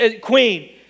queen